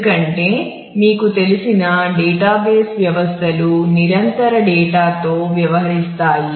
ఎందుకంటే మీకు తెలిసిన డేటాబేస్ వ్యవస్థలు నిరంతర డేటాతో వ్యవహరిస్తున్నాయి